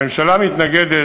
הממשלה מתנגדת,